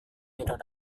tidak